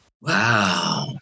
Wow